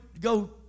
go